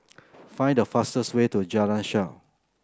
find the fastest way to Jalan Shaer